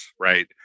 right